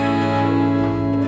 so